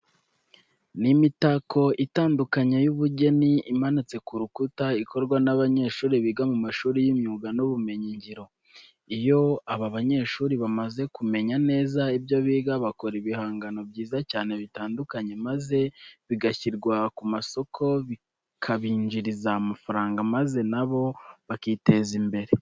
Ni imitako itandukanye y'ubugeni imanitse ku rukuta, ikorwa n'abanyeshuri biga mu mashuri y'imyuga n'ubumenyingiro. Iyo aba banyeshuri bamaze kumenya neza ibyo biga, bakora ibihangano byiza cyane bitandukanye maze bigashyirwa ku masoko bikabinjiriza amafaranga maze na bo bakiteza imbere.